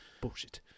Bullshit